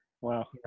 Wow